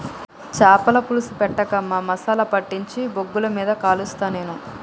చాపల పులుసు పెట్టకు అమ్మా మసాలా పట్టించి బొగ్గుల మీద కలుస్తా నేను